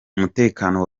umutekano